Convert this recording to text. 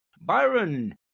Byron